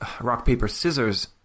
rock-paper-scissors